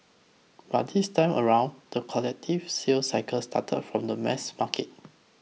but this time around the collective sales cycle started from the mass market